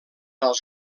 als